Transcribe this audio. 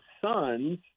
sons